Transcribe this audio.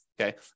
okay